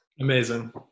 Amazing